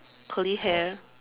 curly hair